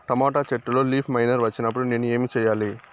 Tomato చెట్టులో leaf miner వచ్చినప్పుడు నేను ఏమి చెయ్యాలి?